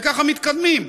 וככה מתקדמים.